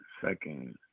second